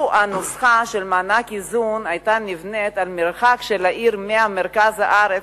לו הנוסחה של מענק איזון היתה נבנית על המרחק של העיר ממרכז הארץ,